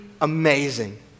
amazing